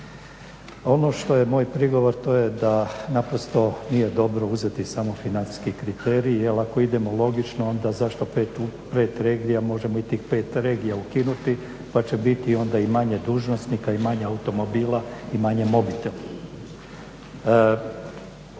Ono što je moj prigovor to je da naprosto nije dobro uzeti samo financijski kriterij, jer ako idemo logično onda zašto pet regija. Možemo i tih pet regija ukinuti, pa će biti onda i manje dužnosnika i manje automobila i manje mobitela.